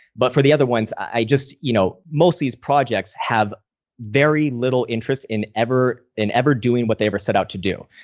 but for the other ones, i just you know, most these projects have very little interest in ever in ever doing what they ever set out to do.